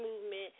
Movement